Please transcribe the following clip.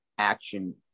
action